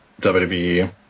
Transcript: WWE